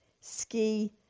ski